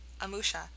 Amusha